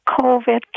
COVID